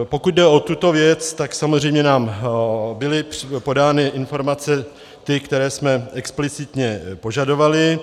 Pokud jde o tuto věc, tak samozřejmě nám byly podány informace ty, které jsme explicitně požadovali.